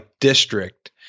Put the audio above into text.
district